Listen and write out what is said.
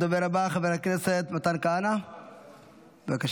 הדובר הבא, חבר הכנסת מתן כהנא, בבקשה.